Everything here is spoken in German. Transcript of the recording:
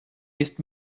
ist